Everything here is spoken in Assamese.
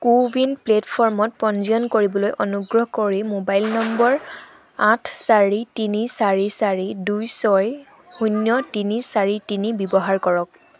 কো ৱিন প্লে'টফৰ্মত পঞ্জীয়ন কৰিবলৈ অনুগ্ৰহ কৰি মোবাইল নম্বৰ আঠ চাৰি তিনি চাৰি চাৰি দুই ছয় শূণ্য তিনি চাৰি তিনি ব্য়ৱহাৰ কৰক